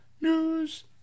news